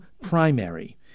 primary